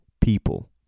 people